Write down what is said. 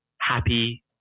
happy